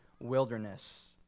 Wilderness